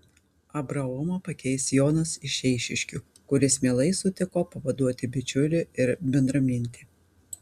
abraomą pakeis jonas iš eišiškių kuris mielai sutiko pavaduoti bičiulį ir bendramintį